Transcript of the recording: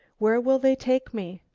where will they take me?